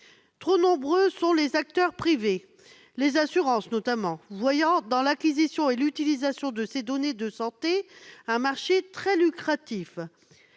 Trop nombreux sont les acteurs privés, les sociétés d'assurances notamment, qui voient dans l'acquisition et l'utilisation de ces données de santé un marché très lucratif.